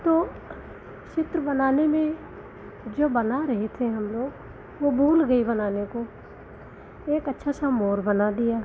तो चित्र बनाने में जो बना रहे थे हम लोग वो भूल गई बनाने को एक अच्छा सा मोर बना दिया